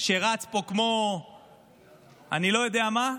שרץ פה כמו אני לא יודע מה,